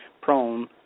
prone